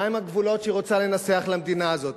מהם הגבולות שהיא רוצה לנסח למדינה הזאת,